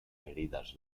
heridas